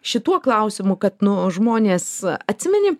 šituo klausimu kad nu žmonės atsimeni